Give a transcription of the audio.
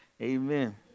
Amen